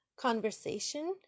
conversation